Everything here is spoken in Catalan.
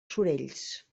sorells